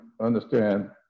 understand